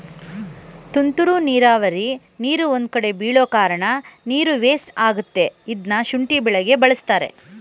ತುಂತುರು ನೀರಾವರಿ ನೀರು ಒಂದ್ಕಡೆ ಬೀಳೋಕಾರ್ಣ ನೀರು ವೇಸ್ಟ್ ಆಗತ್ತೆ ಇದ್ನ ಶುಂಠಿ ಬೆಳೆಗೆ ಬಳಸ್ತಾರೆ